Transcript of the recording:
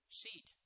seed